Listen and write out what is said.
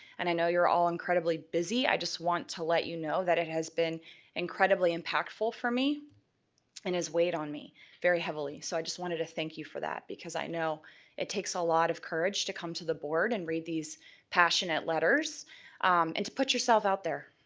and i know you're all incredibly busy, i just want to let you know that it has been incredibly impactful for me and has weighed on me very heavily, so i just wanted to thank you for that because i know it takes a lot of courage to come the board and read these passionate letters and to put yourself out there,